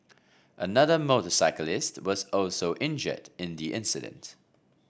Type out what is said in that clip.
another motorcyclist was also injured in the incident